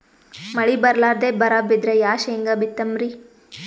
ಮಳಿ ಬರ್ಲಾದೆ ಬರಾ ಬಿದ್ರ ಯಾ ಶೇಂಗಾ ಬಿತ್ತಮ್ರೀ?